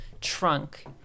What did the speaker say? trunk